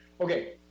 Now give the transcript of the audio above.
okay